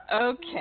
Okay